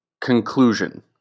Conclusion